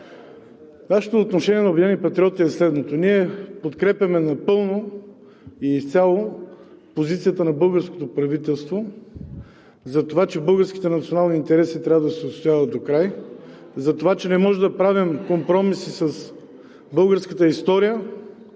Нашето отношение на „Обединени патриоти“ е следното. Ние подкрепяме напълно и изцяло позицията на българското правителство, затова че българските национални интереси трябва да се отстояват докрай, затова че не можем да правим компромиси с българската история,